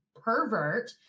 pervert